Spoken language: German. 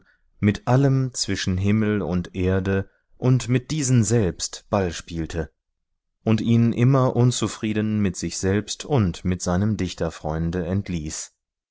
mit allem zwischen himmel und erde und mit diesen selbst ball spielte und ihn immer unzufrieden mit sich selbst und mit seinem dichterfreunde entließ